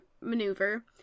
maneuver